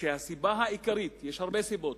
והסיבה העיקרית לכך, יש הרבה סיבות,